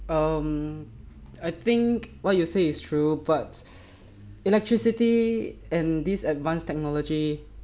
um I think what you say is true but electricity and this advanced technology